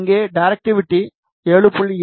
இங்கே டைரக்டிவிட்டி 7